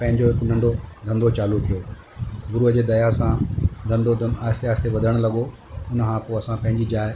पंहिंजो हिकु नंढो धंधो चालू कयो गुरूअ जे दया सां धंधो आस्ते आस्ते वधणु लॻो हुन खां पोइ असां पंहिंजी जाए